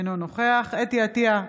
אינו נוכח חוה אתי עטייה,